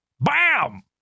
Bam